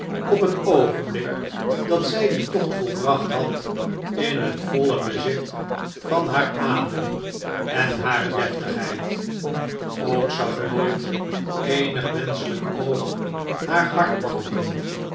op het oogenblik dat zij dien tocht volbracht had in het voile bezit van haar adem en hare deftigheid ook zag nooit eenig menschelijk oog haar